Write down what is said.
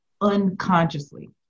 unconsciously